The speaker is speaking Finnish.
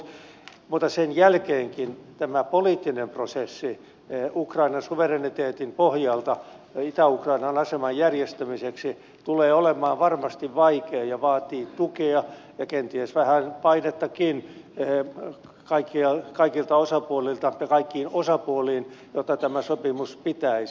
mutta sen jälkeenkin tämä poliittinen prosessi ukrainan suvereniteetin pohjalta ja itä ukrainan aseman järjestämiseksi tulee olemaan varmasti vaikea ja vaatii tukea ja kenties vähän painettakin kaikilta osapuolilta ja kaikkiin osapuoliin jotta tämä sopimus pitäisi